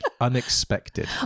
Unexpected